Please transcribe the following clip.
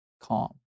calm